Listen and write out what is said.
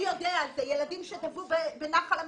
ילדים שטבעו בנחל משושים.